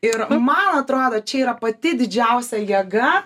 ir man atrodo čia yra pati didžiausia jėga